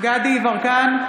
יברקן,